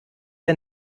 der